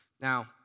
Now